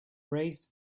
raised